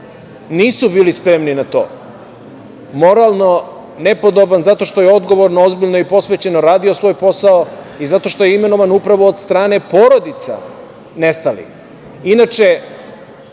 Nisu bili spremni na to. Moralno nepodoban zato što je odgovorno, ozbiljno i posvećeno radio svoj posao i zato što je imenovan od strane porodica nestalih. Inače,